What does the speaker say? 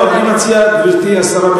גברתי השרה,